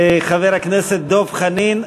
חבר הכנסת דב חנין,